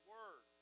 Word